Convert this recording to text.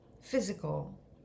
physical